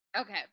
Okay